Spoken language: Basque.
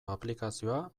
aplikazioa